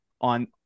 on